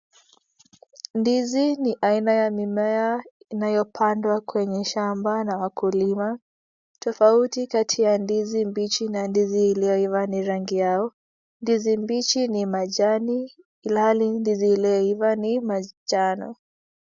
Ndizi ni aina ya mimea inayopandwa kwenye shamba na wakulima tofauti kati ya ndizi mbichi na ndizi iliyoiva ni rangi yao ndizi mbichi ni majani ilhali ndizi iliyoiva ni majano